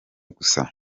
gusa